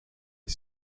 est